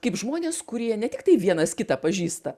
kaip žmonės kurie ne tiktai vienas kitą pažįsta